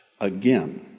Again